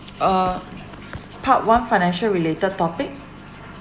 uh part one financial related topic